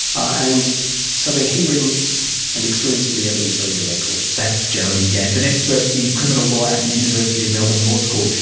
and so they're hearing and experiencing the evidence very directly. that's jeremy gans, an expert in criminal law at the university of melbourne law school.